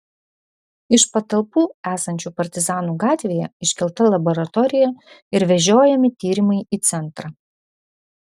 iš patalpų esančių partizanų gatvėje iškelta laboratorija ir vežiojami tyrimai į centrą